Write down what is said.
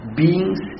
beings